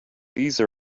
these